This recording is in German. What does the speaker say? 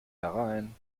herein